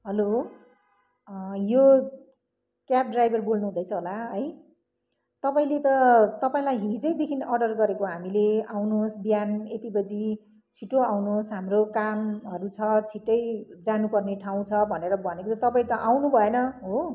hello यो cab driver बोल्नुहुँदैछ होला है तपाईँले त तपाईँलाई हिजैदेखि अर्डर गरेको हामीले आउनुहोस् बिहान यति बजी छिटो आउनुहोस् हाम्रो कामहरू छ छिटै जानुपर्ने ठाउँ छ भनेर भनेको त तपाईँ त आउनुभएन हो